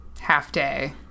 Half-day